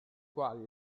quali